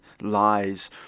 lies